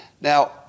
Now